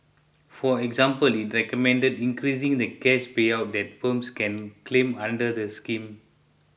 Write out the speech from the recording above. for example it recommended increasing the cash payout that firms can claim under the scheme